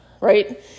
right